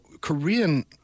Korean